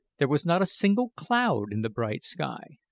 there was not a single cloud in the bright sky.